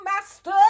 master